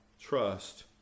trust